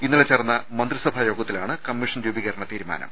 ഇന്നലെ ചേർന്ന മന്ത്രിസഭാ യോഗത്തിലാണ് കമ്മീഷൻ രൂപീക രണ തീരുമാനം